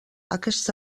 aquest